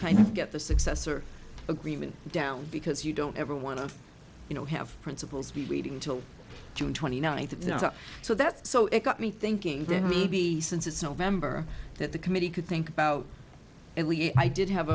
kind of get the successor agreement down because you don't ever want to you know have principals be reading until june twenty ninth so that's so it got me thinking then maybe since it's november that the committee could think about and i did have